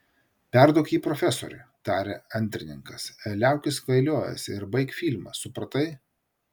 perduok jį profesoriui tarė antrininkas liaukis kvailiojęs ir baik filmą supratai